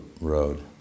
road